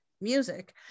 music